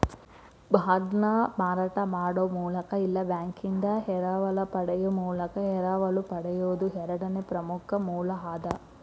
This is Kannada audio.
ಬಾಂಡ್ನ ಮಾರಾಟ ಮಾಡೊ ಮೂಲಕ ಇಲ್ಲಾ ಬ್ಯಾಂಕಿಂದಾ ಎರವಲ ಪಡೆಯೊ ಮೂಲಕ ಎರವಲು ಪಡೆಯೊದು ಎರಡನೇ ಪ್ರಮುಖ ಮೂಲ ಅದ